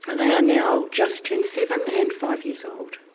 they are now just turned seven and five years old.